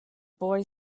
boy